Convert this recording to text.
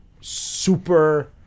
super